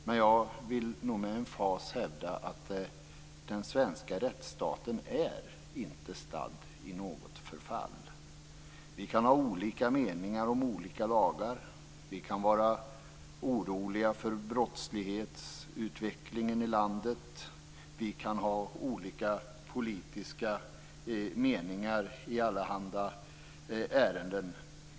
Men jag vill nog med emfas hävda att den svenska rättsstaten inte är stadd i något förfall. Vi kan ha olika meningar om olika lagar. Vi kan vara oroliga för brottslighetsutvecklingen i landet. Vi kan ha olika politiska meningar i allehanda ärenden.